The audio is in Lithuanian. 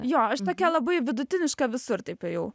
jo aš tokia labai vidutiniška visur taip ėjau